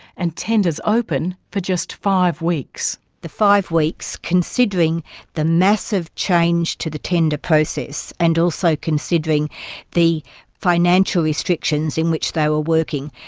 and tenders open for just five weeks. the five weeks, considering the massive change to the tender process, and also considering the financial restrictions in which they were working,